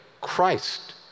Christ